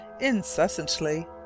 incessantly